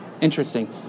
Interesting